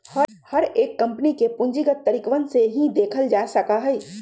हर एक कम्पनी के पूंजीगत तरीकवन से ही देखल जा सका हई